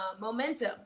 momentum